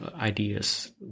ideas